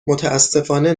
متأسفانه